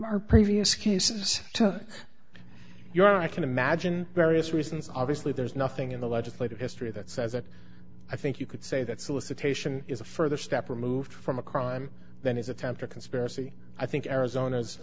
that previous cases took your i can imagine various reasons obviously there's nothing in the legislative history that says that i think you could say that solicitation is a further step removed from a crime than his attempt or conspiracy i think arizona's